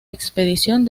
expedición